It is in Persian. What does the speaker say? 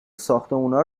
ساختمونا